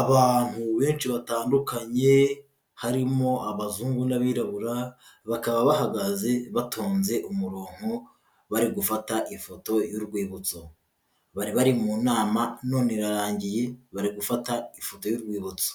Abantu benshi batandukanye, harimo abazungu n'abirabura, bakaba bahagaze batonze umuronko, bari gufata ifoto y'urwibutso. Bari bari mu nama, none irarangiye, bari gufata ifoto y'urwibutso.